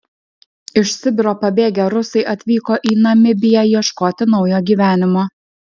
iš sibiro pabėgę rusai atvyko į namibiją ieškoti naujo gyvenimo